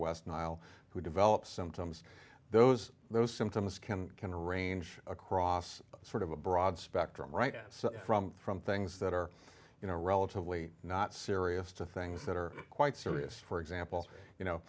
west nile who develop symptoms those those symptoms can can arrange across sort of a broad spectrum right so from from things that are you know relatively not serious to things that are quite serious for example you know